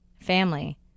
family